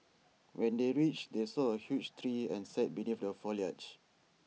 when they reached they saw A huge tree and sat beneath the foliage